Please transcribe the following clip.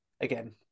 again